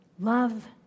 Love